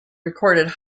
recorded